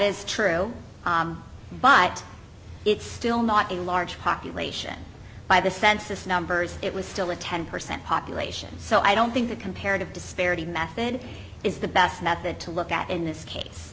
is true but it's still not a large population by the census numbers it was still a ten percent population so i don't think the comparative disparity method is the best method to look at in this case